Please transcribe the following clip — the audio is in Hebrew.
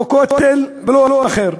לא כותל ולא אחר.